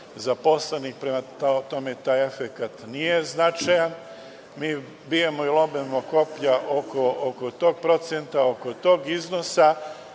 zaposlenih, prema tome taj efekat nije značajan, mi bijemo i lomimo koplja oko tog procenta, oko tog iznosa,